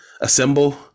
Assemble